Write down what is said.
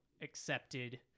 accepted